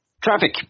traffic